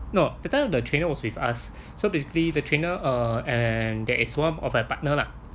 no that time the trainer was with us so basically the trainer uh and there is one of my partner lah